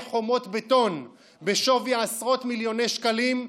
חומות בטון בשווי עשרות מיליוני שקלים,